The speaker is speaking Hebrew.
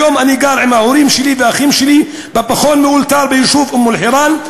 כיום אני גר עם ההורים שלי ואחים שלי בפחון מאולתר ביישוב אום-אלחיראן.